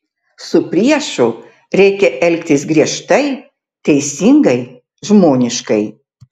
su priešu reikia elgtis griežtai teisingai žmoniškai